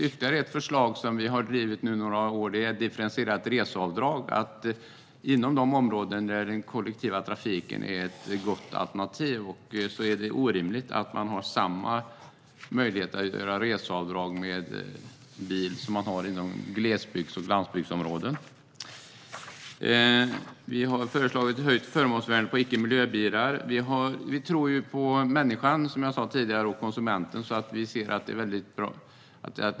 Ytterligare ett förslag som vi nu har drivit några år är differentierat reseavdrag. Inom de områden där den kollektiva trafiken är ett gott alternativ är det orimligt att man har samma möjligheter att göra reseavdrag med bil som man har inom glesbygds och landsbygdsområden. Vi har föreslagit höjt förmånsvärde på icke-miljöbilar. Vi tror på människan, som jag sa tidigare, och konsumenten.